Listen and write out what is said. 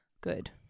Good